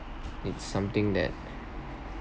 it's something that